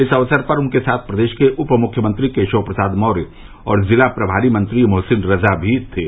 इस अवसर पर उनके साथ प्रदेश के उपमुख्यमंत्री केशव प्रसाद मौर्य और जिला प्रभारी मंत्री मोहसिन रजा भी थे